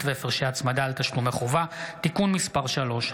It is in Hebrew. והפרשי הצמדה על תשלומי חובה) (תיקון מס' 3),